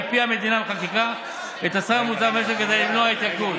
הקפיאה המדינה בחקיקה את השכר הממוצע במשק כדי למנוע התייקרות.